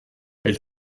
elle